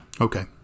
Okay